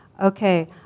okay